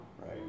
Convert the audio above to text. Right